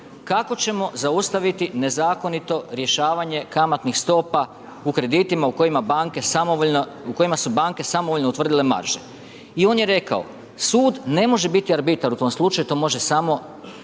kako ćemo zaustaviti nezakonito rješavanje kamatnih stopa u kreditima u kojima su banke samovoljno utvrdile marže. I on je rekao, sud ne može biti arbitar u tome slučaju, to može samo